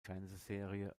fernsehserie